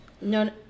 No